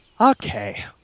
Okay